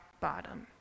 bottom